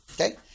Okay